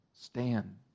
stand